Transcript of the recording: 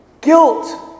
guilt